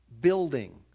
building